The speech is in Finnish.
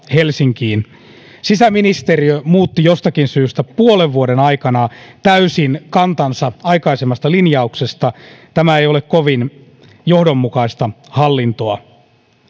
helsinkiin sisäministeriö muutti jostakin syystä puolen vuoden aikana täysin kantansa aikaisemmasta linjauksesta tämä ei ole kovin johdonmukaista hallintoa